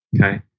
Okay